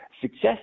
Success